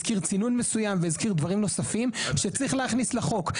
הזכיר צינון מסוים והזכיר דברים נוספים שצריך להכניס לחוק.